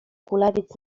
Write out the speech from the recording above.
kulawiec